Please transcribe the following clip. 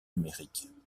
numérique